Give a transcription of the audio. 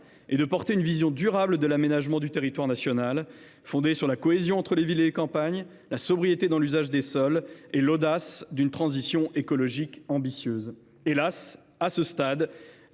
est de porter une vision durable de l’aménagement du territoire national, fondée sur la cohésion entre les villes et les campagnes, la sobriété dans l’usage des sols et l’audace d’une transition écologique ambitieuse. Hélas ! à ce stade,